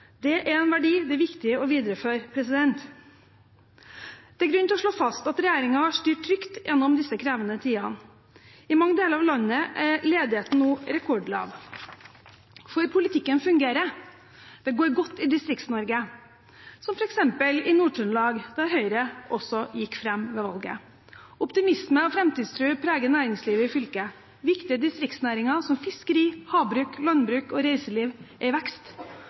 Det er en verdi det er viktig å videreføre. Det er grunn til å slå fast at regjeringen har styrt trygt gjennom disse krevende tidene. I mange deler av landet er ledigheten nå rekordlav. For politikken fungerer, det går godt i Distrikts-Norge – som f.eks. i Nord-Trøndelag, der Høyre også gikk fram ved valget. Optimisme og framtidstro preger næringslivet i fylket. Viktige distriktsnæringer som fiskeri, havbruk, landbruk og reiseliv er i vekst.